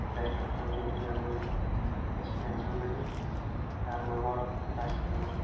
best option ଯେଉଁଥିରେ ଆମେ କିଛି ଟେନସନ୍ ନାଇଁ ତା'ର ନମ୍ବର୍ କି ତା'ର ସ୍କାନର୍